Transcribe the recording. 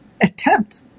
attempt